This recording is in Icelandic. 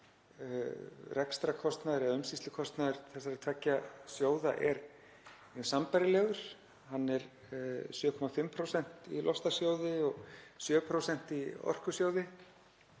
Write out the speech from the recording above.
þá kom í ljós að umsýslukostnaður þessara tveggja sjóða er sambærilegur. Hann er 7,5% í loftslagssjóði og 7% í Orkusjóði.